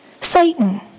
Satan